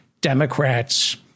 Democrats